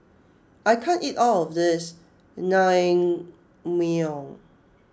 I can't eat all of this Naengmyeon